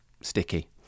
sticky